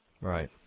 Right